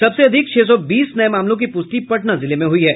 सबसे अधिक छह सौ बीस नये मामलों की पुष्टि पटना जिले में हुयी है